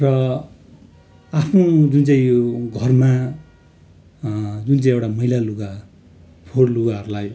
र आफ्नो जुन चाहिँ यो घरमा जुन चाहिँ एउटा मैला लुगा फोहोर लुगाहरूलाई